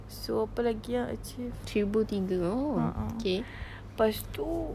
so apa lagi ah achieved a'ah lepas itu